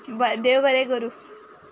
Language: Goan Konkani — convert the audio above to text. देव बरें करूं